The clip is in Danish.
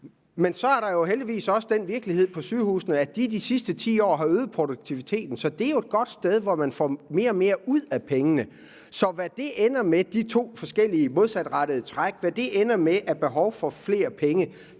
Men så er der jo heldigvis også den virkelighed på sygehusene, at de i de sidste 10 år har øget produktiviteten, så det er jo et godt sted, hvor man får mere og mere ud af pengene. Så hvad de to forskellige modsatrettede træk ender med i form af behov for flere penge,